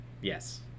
Yes